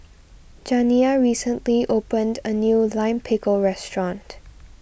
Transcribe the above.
Janiyah recently opened a new Lime Pickle restaurant